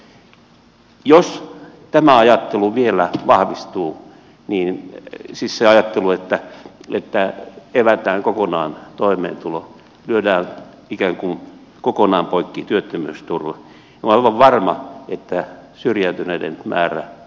jos tämä ajattelu vielä vahvistuu siis se ajattelu että evätään kokonaan toimeentulo lyödään ikään kuin kokonaan poikki työttömyysturva niin minä olen aivan varma että syrjäytyneiden määrä kasvaa